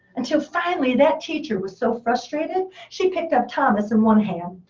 until finally that teacher was so frustrated, she picked up thomas in one hand.